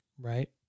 Right